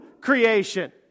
creation